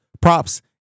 props